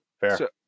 Fair